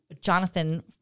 Jonathan